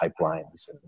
pipelines